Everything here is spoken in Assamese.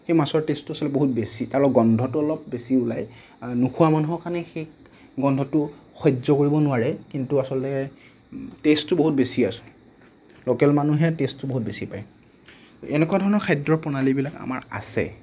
সেই মাছৰ টেষ্টটো আচলতে বহুত বেছি আৰু গোন্ধটো অলপ বেছি ওলাই নোখোৱা মানুহৰ কাৰণে সেই গোন্ধটো সহ্য কৰিব নোৱাৰে কিন্তু আচলতে টেষ্টটো বহুত বেছি আছে লোকেল মানুহে টেষ্টটো বহুত বেছি পায় এনেকুৱা ধৰণৰ খাদ্য প্ৰণালীবিলাক আমাৰ আছে